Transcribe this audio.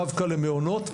דווקא למעונות,